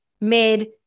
mid